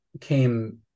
came